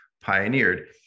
pioneered